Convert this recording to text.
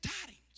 tidings